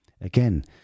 again